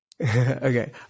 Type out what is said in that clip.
okay